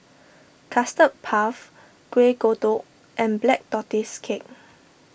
Custard Puff Kuih Kodok and Black Tortoise Cake